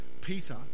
peter